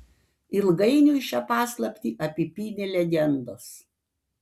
ilgainiui šią paslaptį apipynė legendos